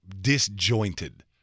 disjointed